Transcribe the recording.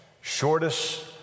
Shortest